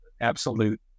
absolute